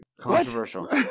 controversial